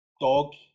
dog